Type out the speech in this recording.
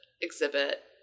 exhibit